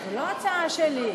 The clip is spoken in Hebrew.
זו לא הצעה שלי.